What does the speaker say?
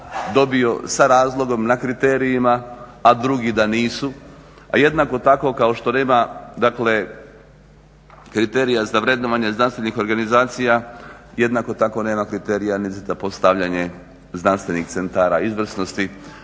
dobio sa razlogom, na kriterijima, a drugi da nisu, a jednako tako kao što nema, dakle kriterija za vrednovanje znanstvenih organizacija, jednako tako nema kriterija ni za postavljanje znanstvenih centara izvrsnosti.